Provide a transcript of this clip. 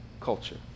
culture